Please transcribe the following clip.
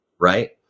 right